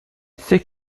c’est